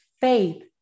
faith